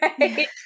right